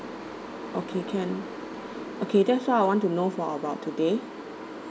okay can okay that's all I want to know for about today